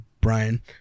brian